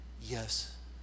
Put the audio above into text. Yes